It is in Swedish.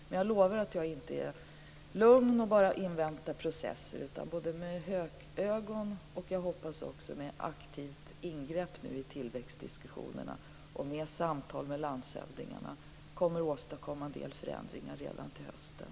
Men jag lovar att jag inte är lugn och bara inväntar processer. Genom att se på detta hökögon, genom att också göra aktiva ingrepp i tillväxtdiskussionerna och genom samtal med landshövdingarna hoppas jag att vi kommer att åstadkomma en del förändringar redan till hösten.